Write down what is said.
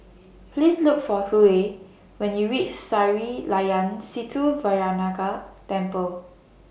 Please Look For Hughey when YOU REACH Sri Layan Sithi Vinayagar Temple